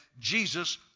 Jesus